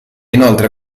inoltre